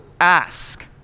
ask